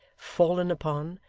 fallen upon,